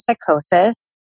psychosis